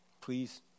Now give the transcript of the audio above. Please